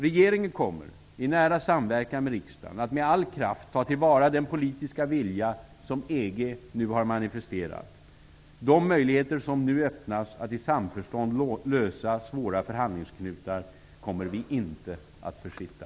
Regeringen kommer, i nära samverkan med riksdagen, att med all kraft ta till vara den politiska vilja som EG nu har manifesterat. De möjligheter som nu öppnas att i samförstånd lösa svåra förhandlingsknutar kommer vi inte att försitta.